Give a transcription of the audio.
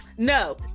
No